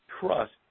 trust